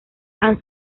han